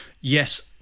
yes